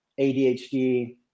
ADHD